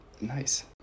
Nice